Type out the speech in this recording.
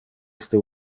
iste